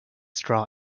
straw